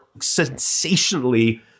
sensationally